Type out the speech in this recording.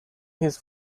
his